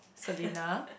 Selena